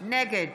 נגד